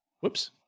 whoops